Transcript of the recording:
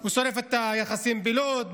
הוא שורף את היחסים בלוד,